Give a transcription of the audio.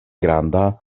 granda